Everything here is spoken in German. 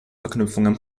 verknüpfungen